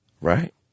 right